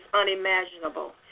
unimaginable